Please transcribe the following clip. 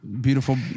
Beautiful